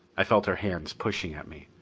i felt her hands pushing at me.